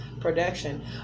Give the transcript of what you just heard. production